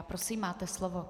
Prosím, máte slovo.